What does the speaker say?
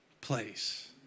place